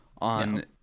on